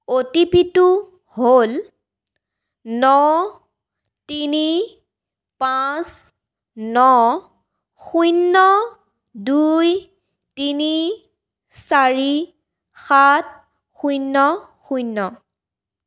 অ' T পিটো হ'ল ন তিনি পাঁচ ন শূন্য দুই তিনি চাৰি সাত শূন্য শূন্য